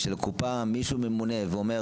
ממשלתי או של הקופה מי שממונה ואומר,